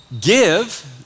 Give